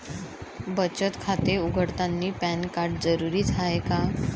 बचत खाते उघडतानी पॅन कार्ड जरुरीच हाय का?